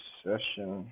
session